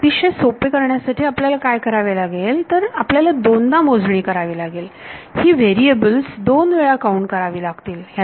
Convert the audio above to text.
पण हे अतिशय सोपे करण्यासाठी आपल्याला काय करावे लागेल तर आपल्याला दोनदा मोजणी करावी लागेल ही चले दोन वेळा काउंट करावी लागतील